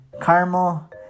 caramel